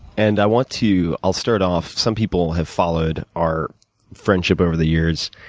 and, i want to i'll start off, some people have followed our friendship over the years.